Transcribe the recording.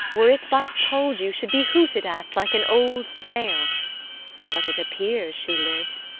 were it but told you, should be hooted at like an old tale but it appears she lives,